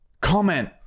Comment